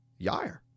Yair